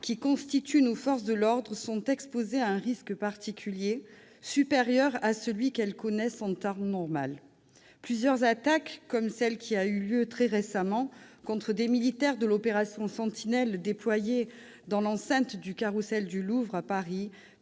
qui constituent nos forces de l'ordre sont exposées à un risque particulier, supérieur à celui qu'elles connaissent en temps normal. Plusieurs attaques, comme celle qui a eu lieu très récemment contre des militaires de l'opération Sentinelle déployés dans l'enceinte du Carrousel du Louvre à Paris,